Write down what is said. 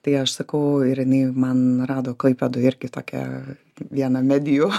tai aš sakau ir jinai man rado klaipėdoj irgi tokią vieną medijų